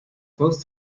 close